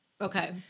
okay